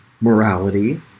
morality